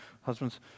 husbands